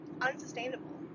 unsustainable